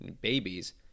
babies